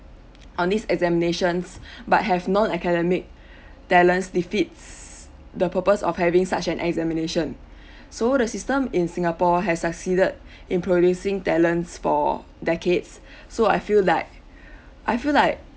on this examinations but have non academic talents defeats the purpose of having such an examination so the system in singapore has succeeded in producing talents for decades so I feel like I feel like